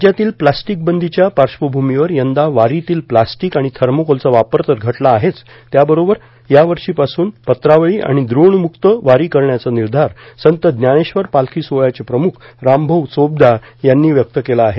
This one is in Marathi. राज्यातील प्लास्टिक बंदीच्या पार्श्वभूमीवर यंदा वारितील प्लास्टिक आणि थर्माकोलचा वापर तर घटला आहेच त्याबरोबर या वर्षीपासून पत्रावळी आणि द्रोणमुक्त वारी करण्याचा निर्धार संत ज्ञानेश्वर पालखी सोहळ्याचे प्रमुख रामभाऊ चोपदार यांनी व्यक्त केला आहे